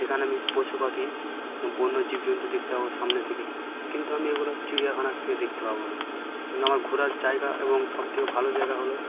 যেখানে আমি পশু পাখি বন্য জীবজন্তু দেখতে পাবো সামনে থেকে কিন্তু আমি এগুলো চিড়িয়াখানা থেকে দেখতে পাবো না না আমার ঘোরার জায়গা এবং সবথেকে ভালো জায়গা হলো